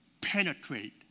penetrate